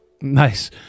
Nice